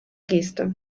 geste